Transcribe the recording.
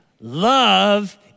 Love